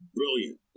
brilliant